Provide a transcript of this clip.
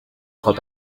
crois